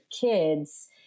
kids